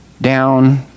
down